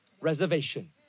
reservation